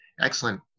Excellent